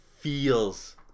feels